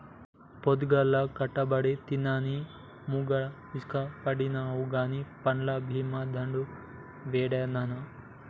పొద్దల్లా కట్టబడితినని ములగదీస్కపండినావు గానీ పంట్ల బీమా దుడ్డు యేడన్నా